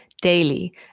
daily